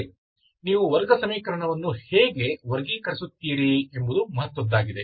ಸರಿ ನೀವು ವರ್ಗ ಸಮೀಕರಣವನ್ನು ಹೇಗೆ ವರ್ಗೀಕರಿಸುತ್ತೀರಿ ಎಂಬುದು ಮಹತ್ವದ್ದಾಗಿದೆ